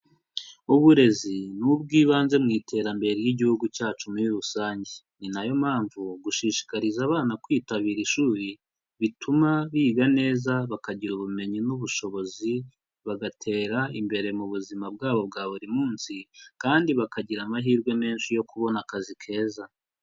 Uburezi n'ubw'ibanze mu iterambere ry'igihugu cyacu muri rusange, Ni na yo mpamvu gushishikariza abana kwitabira ishuri bituma biga neza bakagira ubumenyi n'ubushobozi bagatera imbere mu buzima bwabo bwa buri munsi, kandi bakagira amahirwe menshi yo kubona akazi keza.